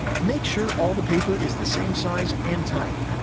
make sure all the paper is the same size and type,